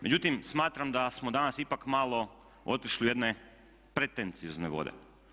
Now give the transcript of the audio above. Međutim, smatram da smo danas ipak malo otišli u jedne pretenciozne vode.